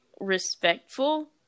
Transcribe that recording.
respectful